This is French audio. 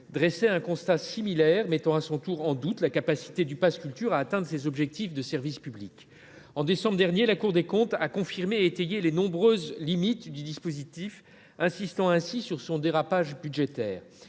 dressait un constat similaire, mettant à son tour en doute la capacité du pass Culture à atteindre ses objectifs de service public. En décembre dernier, la Cour des comptes a étayé ce constat et confirmé les nombreuses limites du dispositif, en insistant sur son dérapage budgétaire.